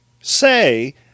say